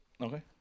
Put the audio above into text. Okay